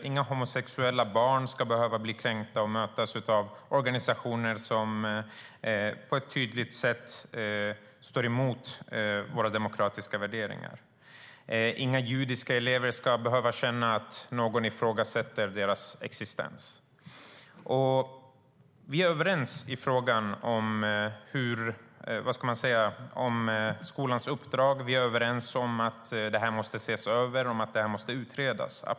Inga homosexuella barn ska behöva bli kränkta och mötas av organisationer som på ett tydligt sätt står emot våra demokratiska värderingar. Inga judiska elever ska behöva känna att någon ifrågasätter deras existens. Vi är överens i frågan om skolans uppdrag och att frågan måste ses över och utredas.